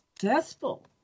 successful